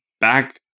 back